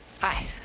Hi